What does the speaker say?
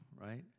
right